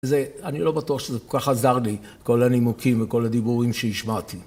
אני לא בטוח שזה כל כך עזר לי, כל הנימוקים וכל הדיבורים שהשמעתי.